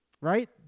right